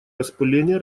распыления